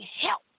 help